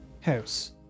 house